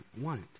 want